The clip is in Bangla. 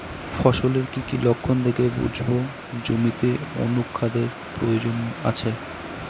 ফসলের কি কি লক্ষণ দেখে বুঝব জমিতে অনুখাদ্যের প্রয়োজন আছে?